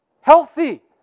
Healthy